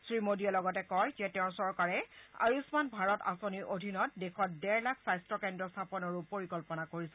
শ্ৰীমোদীয়ে লগতে কয় যে তেওঁৰ চৰকাৰে আয়ুম্মান ভাৰত আঁচনিৰ অধীনত দেশত ডেৰ লাখ স্বাস্থ্য কেন্দ্ৰ স্থাপনৰো পৰিকল্পনা কৰিছে